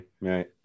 right